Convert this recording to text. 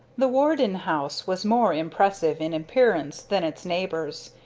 the warden house was more impressive in appearance than its neighbors.